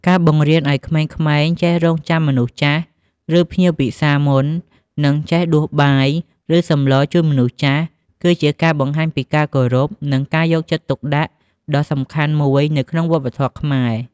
ការបង្រៀនឲ្យក្មេងៗចេះរង់ចាំមនុស្សចាស់ ឬភ្ញៀវពិសាមុន និងចេះដួសបាយ ឬសម្លរជូនមនុស្សចាស់ គឺជាការបង្ហាញពីការគោរព និងការយកចិត្តទុកដាក់ដ៏សំខាន់មួយនៅក្នុងវប្បធម៌ខ្មែរ។